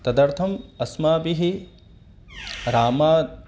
तदर्थम् अस्माभिः रामः